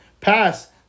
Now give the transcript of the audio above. pass